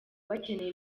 bakeneye